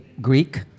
Greek